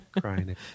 Crying